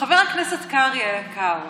חבר הכנסת קרעי היקר,